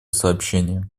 сообщение